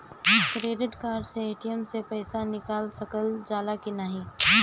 Credit card से ATM से पइसा निकाल सकल जाला की नाहीं?